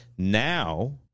Now